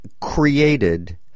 created